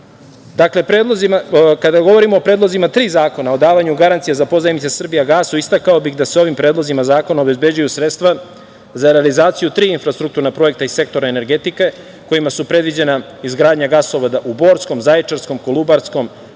Dakle, kada govorimo o predlozima tri zakona o davanju garancije za pozajmice „Srbijagasu“, istakao bih da se ovim predlozima zakona obezbeđuju sredstva za realizaciju tri infrastrukturna projekta iz sektora energetike kojima su predviđena izgradnja gasovoda u Borskom, Zaječarskom, Kolubarskom,